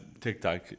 TikTok